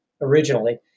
originally